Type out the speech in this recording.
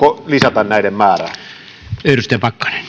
lisätä näiden määrää